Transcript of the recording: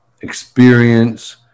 experience